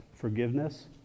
forgiveness